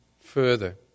further